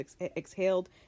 exhaled